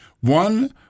One